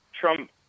Trump